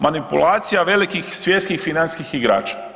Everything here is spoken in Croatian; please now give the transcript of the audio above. Manipulacija velikih svjetskih financijskih igrača.